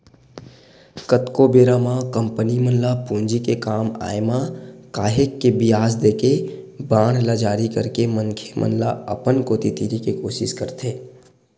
कतको बेरा म कंपनी मन ल पूंजी के काम आय म काहेक के बियाज देके बांड ल जारी करके मनखे मन ल अपन कोती तीरे के कोसिस करथे